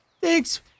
Thanks